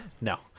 No